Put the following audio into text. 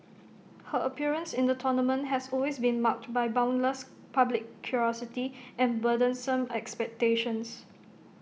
her appearance in the tournament has always been marked by boundless public curiosity and burdensome expectations